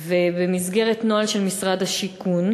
ובמסגרת נוהל של משרד השיכון,